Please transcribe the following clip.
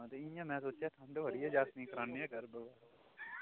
इ'यां में सोचेआ ठंड बड़ी ऐ जागते गी कराने गर्म थोह्ड़ा